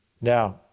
Now